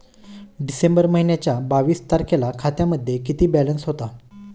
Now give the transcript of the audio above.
डिसेंबर महिन्याच्या बावीस तारखेला खात्यामध्ये किती बॅलन्स होता?